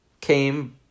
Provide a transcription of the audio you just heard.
came